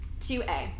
2A